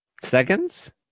Seconds